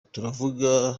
turavuga